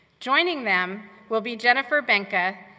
joining them will be jennifer benka,